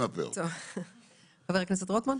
ראשון,